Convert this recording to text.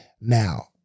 now